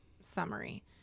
summary